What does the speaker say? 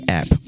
App